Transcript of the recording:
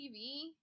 TV